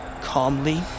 calmly